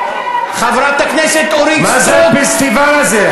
חברת הכנסת אורית סטרוק, מה זה הפסטיבל הזה?